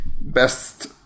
best